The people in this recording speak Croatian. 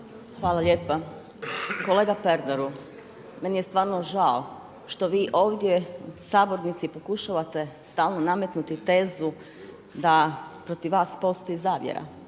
Hvala lijepa. Kolega Pernaru meni je stvarno žao što vi ovdje u sabornici pokušavate stalno nametnuti tezu da protiv vas postoji zavjera,